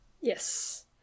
Yes